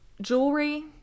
jewelry